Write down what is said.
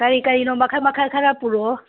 ꯀꯔꯤ ꯀꯔꯤꯅꯣ ꯃꯈꯜ ꯃꯈꯜ ꯈꯔ ꯄꯨꯔꯛꯑꯣ